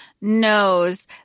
knows